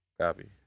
Copy